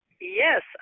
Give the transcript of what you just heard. Yes